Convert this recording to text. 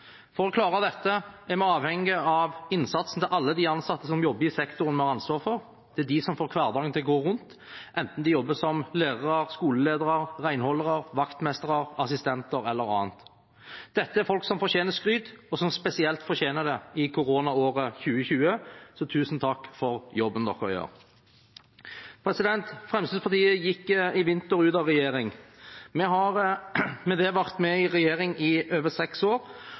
For å klare dette er vi avhengig av innsatsen til alle de ansatte som jobber i sektoren vi har ansvar for. Det er de som får hverdagen til å gå rundt, enten de jobber som lærere, skoleledere, renholdere, vaktmestre, assistenter eller annet. Dette er folk som fortjener skryt, og som spesielt fortjener det i koronaåret 2020, så tusen takk for jobben dere gjør. Fremskrittspartiet gikk i vinter ut av regjering. Vi har med det vært med i regjering i over seks år,